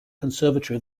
conservatory